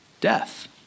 Death